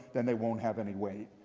then they won't have any weight.